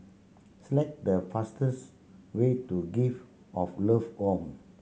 select the fastest way to Gift of Love Home